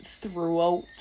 throughout